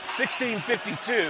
1652